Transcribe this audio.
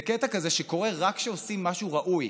זה קטע כזה שקורה, רק כשעושים משהו ראוי.